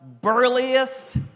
burliest